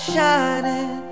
shining